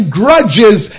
grudges